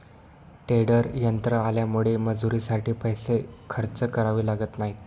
tedder यंत्र आल्यामुळे मजुरीसाठी पैसे खर्च करावे लागत नाहीत